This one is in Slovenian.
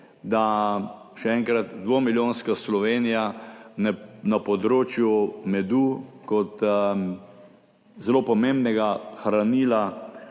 da, še enkrat, dvomilijonska Slovenija na področju medu kot zelo pomembnega hranila